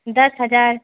دس ہزار